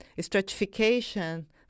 stratification